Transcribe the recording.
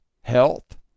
health